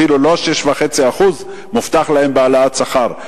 אפילו לא 6.5% מובטחים להם בהעלאת שכר.